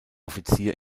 offizier